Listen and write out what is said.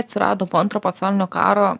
atsirado po antro pasaulinio karo